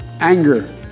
anger